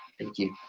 thank you.